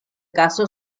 caso